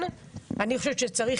אני מבקש את סליחתכם,